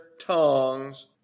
tongues